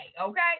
okay